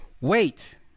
Wait